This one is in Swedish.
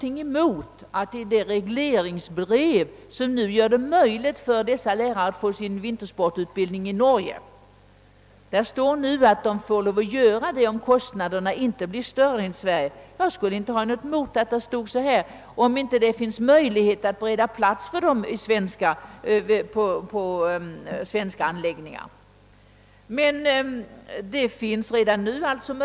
I det regleringsbrev som nu gör det möjligt för dessa lärare att få sin vintersportutbildning i Norge står det att de får skaffa sig den utbildningen där om kostnaderna inte blir högre än i Sverige. Jag skulle inte ha något emot om det där lades till »om det inte finns möjlighet att bereda plats för dem på svenska anläggningar».